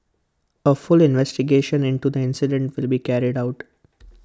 A full investigation into the incident will be carried out